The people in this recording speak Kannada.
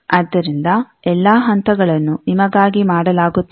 ಆದ್ದರಿಂದ ಎಲ್ಲಾ ಹಂತಗಳನ್ನು ನಿಮಗಾಗಿ ಮಾಡಲಾಗುತ್ತದೆ